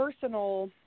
personal